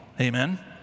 amen